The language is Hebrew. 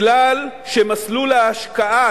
משום שמסלול ההשקעה,